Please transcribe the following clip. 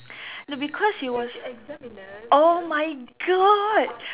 no because he was oh my god